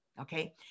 Okay